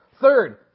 Third